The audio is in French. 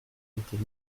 étais